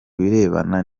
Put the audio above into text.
birebana